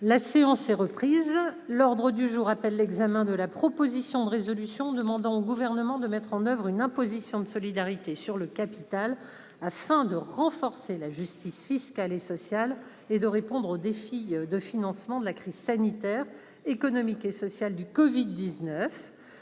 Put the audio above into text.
la demande du groupe socialiste et républicain, d'une proposition de résolution demandant au Gouvernement de mettre en oeuvre une imposition de solidarité sur le capital afin de renforcer la justice fiscale et sociale et de répondre au défi de financement de la crise sanitaire, économique et sociale du Covid-19